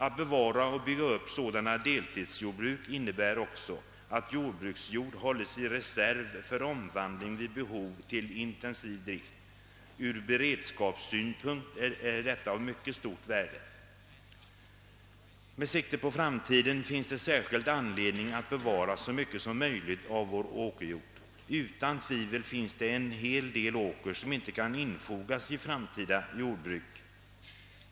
Att bevara och bygga upp sådana deltidsjordbruk innebär också, att jordbruksjord hålles i reserv för omvandling vid behow till intensiv drift. Ur beredskapssynpunkt är detta av mycket stort värde. Med sikte på framtiden finns det särskild anledning att bevara så mycket som möjligt av vår åkerjord. Utan tvivel finns det en hel del åker, som inte kan infogas i framtida jordbruk.